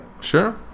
Sure